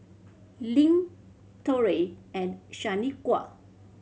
Link Torrey and Shanequa